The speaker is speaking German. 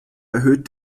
erhöht